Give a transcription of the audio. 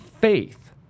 faith